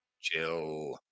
chill